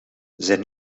zijn